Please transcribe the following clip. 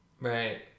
Right